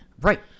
right